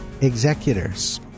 executors